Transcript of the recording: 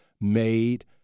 made